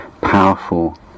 powerful